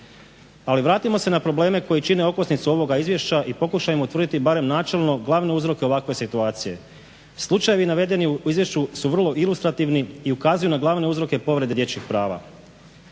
Ali vratimo se na probleme koji čine okosnicu ovoga izvješća i pokušajmo utvrditi barem načelno glavne uzroke ovakve situacije. Slučajevi navedeni u izvješću su vrlo ilustrativni i ukazuju na glavne uzroke povrede dječjih prava.